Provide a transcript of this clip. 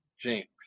Jinx